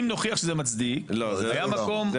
אם נוכיח שזה מצדיק אז היה מקום --- לא,